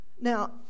Now